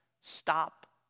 stop